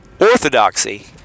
orthodoxy